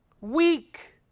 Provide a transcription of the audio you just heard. weak